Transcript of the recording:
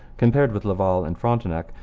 compared with laval and frontenac,